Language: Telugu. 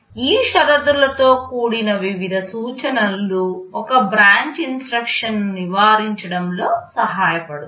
ఈ షరతులతో కూడిన వివిధ సూచనలు ఒక బ్రాంచ్ ఇన్స్ట్రక్షన్ను నివారించడంలో సహాయపడతాయి